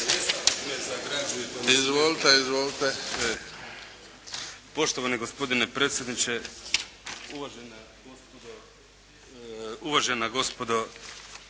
Damir (IDS)** Poštovani gospodine predsjedniče, uvažena gospodo